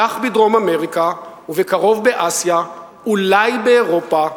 כך בדרום-אמריקה ובקרוב באסיה, אולי באירופה,